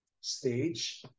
stage